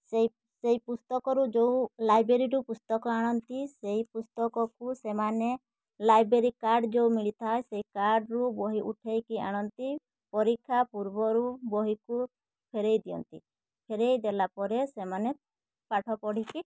ସେହି ସେହି ପୁସ୍ତକରୁ ଯେଉଁ ଲାଇବ୍ରେରୀରୁ ପୁସ୍ତକ ଆଣନ୍ତି ସେହି ପୁସ୍ତକକୁ ସେମାନେ ଲାଇବ୍ରେରୀ କାର୍ଡ଼୍ ଯେଉଁ ମିଳିଥାଏ ସେହି କାର୍ଡ଼୍ରୁ ବହି ଉଠେଇକି ଆଣନ୍ତି ପରୀକ୍ଷା ପୂର୍ବରୁ ବହିକୁ ଫେରେଇ ଦିଅନ୍ତି ଫେରେଇ ଦେଲା ପରେ ସେମାନେ ପାଠ ପଢ଼ିକି